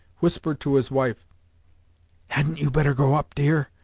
whispered to his wife hadn't you better go up, dear?